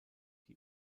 die